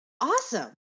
Awesome